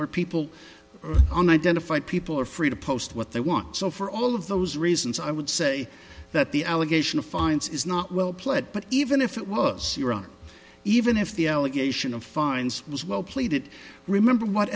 identified people are free to post what they want so for all of those reasons i would say that the allegation of fines is not well pled but even if it was your own even if the allegation of fines was well played it remember what